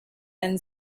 and